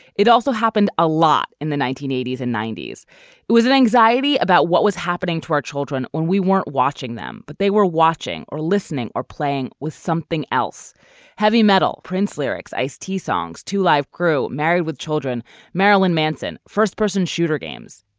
it also happened a lot in the nineteen eighty s and ninety point s it was an anxiety about what was happening to our children when we weren't watching them but they were watching or listening or playing with something else heavy metal prince lyrics ice tea songs two live crew married with children marilyn manson first person shooter games